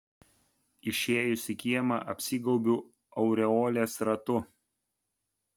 išėjusi į kiemą apsigaubiu aureolės ratu